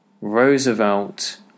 Roosevelt